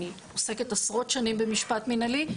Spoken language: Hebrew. אני עוסקת עשרות שנים במשפט מנהלי,